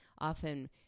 often